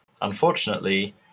Unfortunately